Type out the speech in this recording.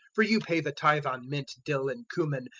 for you pay the tithe on mint, dill, and cumin,